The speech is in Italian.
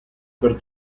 per